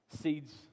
seeds